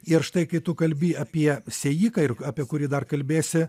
ir štai kai tu kalbi apie sėjiką ir apie kurį dar kalbėsi